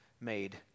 made